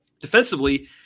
Defensively